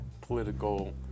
political